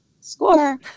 score